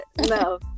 No